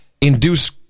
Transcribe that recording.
induce